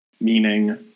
meaning